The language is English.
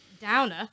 downer